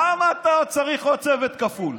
למה אתה צריך עוד צוות כפול?